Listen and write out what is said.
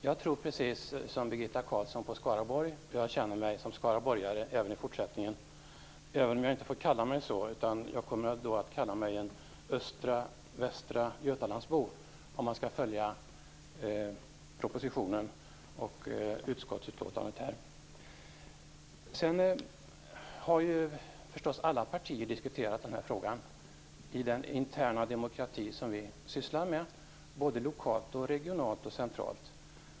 Herr talman! Jag tror, precis som Birgitta Carlsson, på Skaraborg och jag känner mig som skaraborgare - och kommer att göra det också i fortsättningen, även om jag inte får kalla mig skaraborgare. Jag kommer i stället att kalla mig för en östravästragötalandsbo, om jag skall följa propositionen och utskottets betänkande. Alla partier har naturligtvis diskuterat frågan i den interna demokrati som vi sysslar med. Det gäller lokalt, regionalt och centralt.